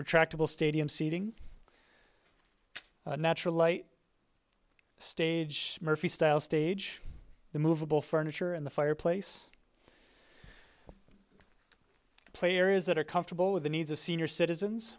retractable stadium seating natural light stage murphy style stage the movable furniture in the fireplace play areas that are comfortable with the needs of senior citizens